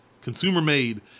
consumer-made